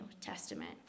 Testament